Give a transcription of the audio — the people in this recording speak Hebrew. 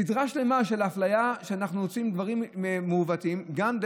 סדרה שלמה של אפליה ודברים מעוותים שאנחנו עושים.